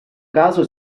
caso